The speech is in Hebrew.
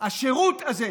השירות הזה,